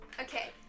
Okay